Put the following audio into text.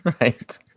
right